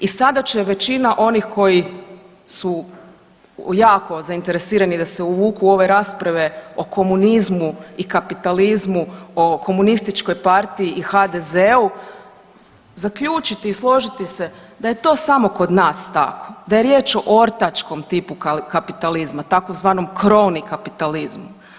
I sada će većina onih koji su jako zainteresirani da se uvuku u ove rasprave o komunizmu i kapitalizmu, o komunističkoj partiji i HDZ-u zaključiti i složiti se da je to samo kod nas tako, da je riječ o ortačkom tipu kapitalizma tzv. krovni kapitalizmu.